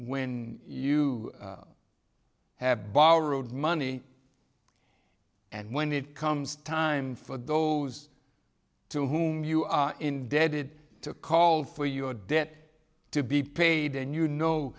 when you have borrowed money and when it comes time for those to whom you are indebted to call for your debt to be paid and you know